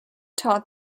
taught